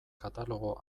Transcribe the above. katalogo